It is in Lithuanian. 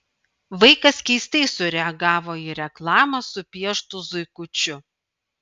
vaikas keistai sureagavo į reklamą su pieštu zuikučiu